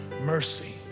mercy